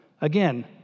again